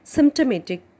Symptomatic